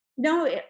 No